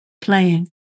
playing